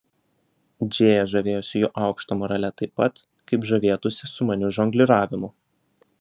džėja žavėjosi jo aukšta morale taip pat kaip žavėtųsi sumaniu žongliravimu